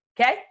okay